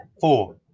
four